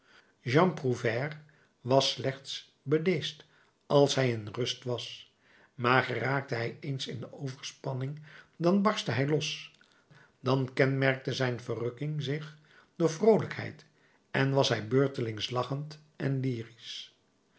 prouvaire was slechts bedeesd als hij in rust was maar geraakte hij eens in overspanning dan barstte hij los dan kenmerkte zijn verrukking zich door vroolijkheid en was hij beurtelings lachend en